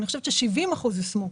אני חושבת ש-70 אחוזים יושמו.